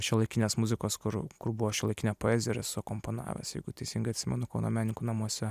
šiuolaikinės muzikos kur kur buvo šiuolaikinė poezija ir esu akomponavęs jeigu teisingai atsimenu kauno menininkų namuose